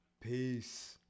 Peace